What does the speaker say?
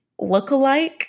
Lookalike